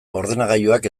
ordenagailuak